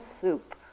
soup